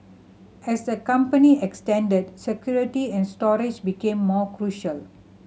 as the company security and storage became more crucial